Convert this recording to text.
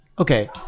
Okay